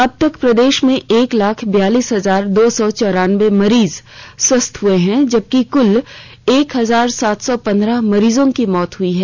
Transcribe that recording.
अबतक प्रदेश में एक लाख बयालीस हजार दो सौ चौरानबे मरीज स्वस्थ हुए हैं जबकि कुल एक हजार सात सौ पंद्रह मरीजों की मौत हुई है